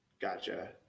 Gotcha